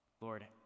Lord